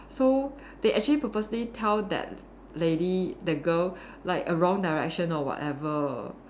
so they actually purposely tell that lady the girl like a wrong direction or whatever